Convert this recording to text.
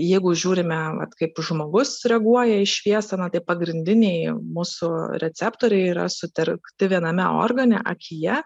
jeigu žiūrime vat kaip žmogus reaguoja į šviesą na tai pagrindiniai mūsų receptoriai yra sutelkti viename organe akyje